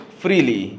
freely